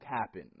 happen